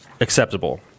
acceptable